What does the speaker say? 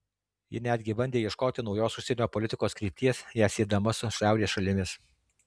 ji netgi bandė ieškoti naujos užsienio politikos krypties ją siedama su šiaurės šalimis